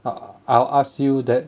I'll I'll ask you that